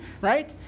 right